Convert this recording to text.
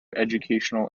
educational